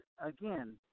again